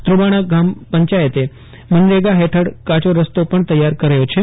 ધ્રોબાણા ગ્રામ પંચાયતે મનરેગા હેઠળ કાયો રસ્તો પણ તૈયાર કર્યો હતો